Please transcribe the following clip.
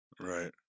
Right